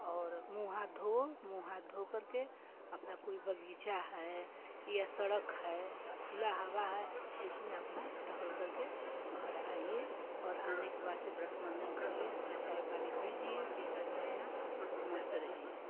और मुँह हाथ धोओ मुँह हाथ धोकर के अपना कोई बगीचा है या सड़क है खुला हवा है उसमें अपना टहलकर के घर आइए और आने के बाद से ब्रस मंजन करिए अपना चाय पानी पीजिए पीकर के अपना मस्त रहिए